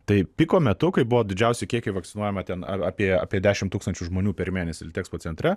tai piko metu kai buvo didžiausi kiekiai vakcinuojama ten ar apie apie dešimt tūkstančių žmonių per mėnesį litexpo centre